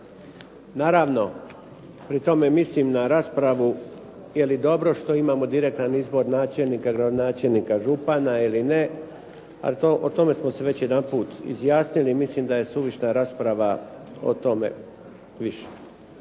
Naravno, pri tome mislim na raspravu je li dobro što imamo direktan izbor načelnika, gradonačelnika, župana ili ne ali o tome smo se već jedan put izjasnili. Mislim da je suvišna rasprava o tome više.